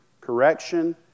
correction